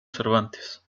cervantes